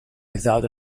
without